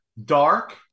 Dark